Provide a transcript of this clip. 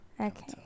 okay